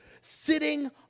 sitting